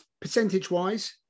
percentage-wise